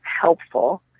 helpful